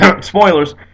Spoilers